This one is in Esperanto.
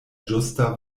ĝusta